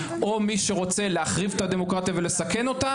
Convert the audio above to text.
או מי שרוצה להחריב את הדמוקרטיה ולסכן אותה,